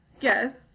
yes